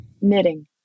Knitting